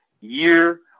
year